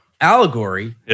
allegory